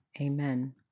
Amen